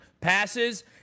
passes